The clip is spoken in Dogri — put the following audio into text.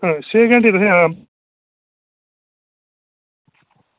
हां छे घैंटे तुसें